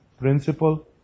principle